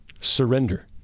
surrender